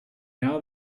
now